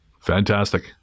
fantastic